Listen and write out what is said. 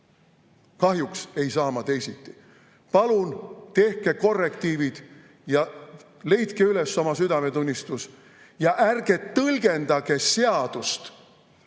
Kahjuks ei saa ma teisiti. Palun tehke korrektiivid ja leidke üles oma südametunnistus. Ja ärge tõlgendage seadust